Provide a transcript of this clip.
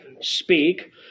speak